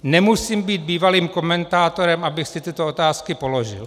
Nemusím být bývalým komentátorem, abych si tyto otázky položil.